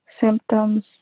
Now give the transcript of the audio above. symptoms